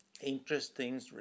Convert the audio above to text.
interesting